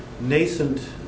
nascent